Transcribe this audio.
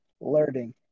learning